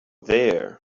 there